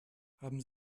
haben